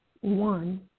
one